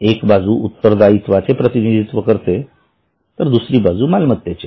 एक बाजू उत्तरदायित्वाचे प्रतिनिधित्व करते तर दुसरी मालमत्तेचे